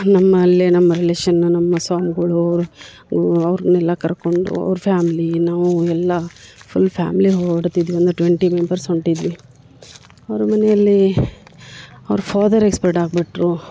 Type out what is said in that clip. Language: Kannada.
ನಮ್ಮ ಅಲ್ಲಿ ನಮ್ಮ ರಿಲೇಷನ್ನ ನಮ್ಮ ಸ್ವಾಮಿಗಳು ಅವ್ರನ್ನೆಲ್ಲ ಕರ್ಕೊಂಡು ಅವ್ರ ಫ್ಯಾಮಿಲಿ ನಾವು ಎಲ್ಲ ಫುಲ್ ಫ್ಯಾಮಿಲಿ ಹೊರಡ್ತಿದ್ವಿ ಒಂದು ಟ್ವೆಂಟಿ ಮೆಂಬರ್ಸ್ ಹೊಂಟಿದ್ವಿ ಅವ್ರ ಮನೆಯಲ್ಲಿ ಅವ್ರ ಫಾದರ್ ಎಕ್ಸ್ಪರ್ಡ್ ಆಗಿಬಿಟ್ರು